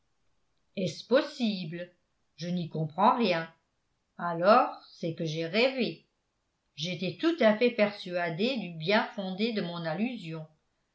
est-ce possible je n'y comprends rien alors c'est que j'ai rêvé j'étais tout à fait persuadé du bien fondé de mon allusion